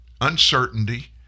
uncertainty